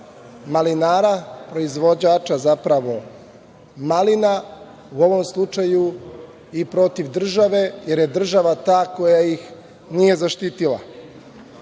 malinara, proizvođača malina, u ovom slučaju i protiv države, jer je država ta koja ih nije zaštitila.